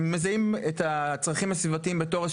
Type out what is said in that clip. הם מזהים את הצרכים הסביבתיים בתור איזה